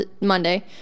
Monday